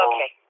Okay